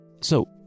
So